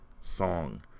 song